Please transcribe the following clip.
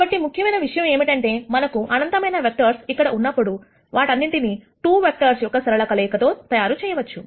కాబట్టి ముఖ్యమైన విషయం ఏమిటంటే మనకు అనంతమైన వెక్టర్స్ ఇక్కడ ఉన్నప్పుడువాటన్నింటిని 2 వెక్టర్స్ యొక్క సరళ కలయికతో తయారు చేయవచ్చు